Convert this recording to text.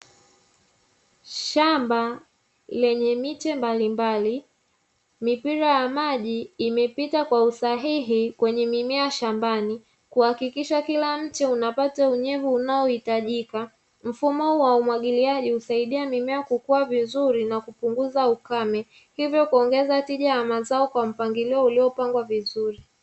Shamba lenye miche mbalimbali, mipira ya maji imepita kwa usahihi kwenye mimea shambani kuhakikisha kila mti unapata unyevu unaohitajika mfumo wa umwagiliaji husaidia mimea kukwaa vizuri na kupunguza ukame hivyo kuongeza tija ya mazao kwa mpangilio uliopangwa vizuri.